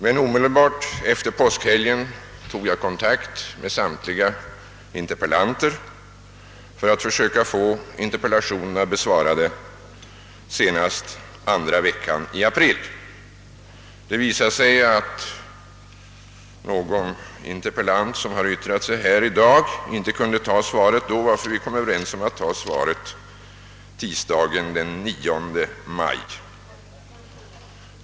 Men omedelbart efter påskhelgen tog jag kontakt med samtliga interpellanter för att försöka få interpellationerna besvarade senast andra veckan i april. Det visade sig att någon interpellant som har yttrat sig här i dag inte kunde ta svaret då, varför vi kom överens om att ta svaret tisdagen den 9 maj.